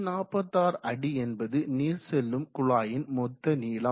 146 அடி என்பது நீர் செல்லும் குழாயின் மொத்த நீளம்